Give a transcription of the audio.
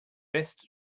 best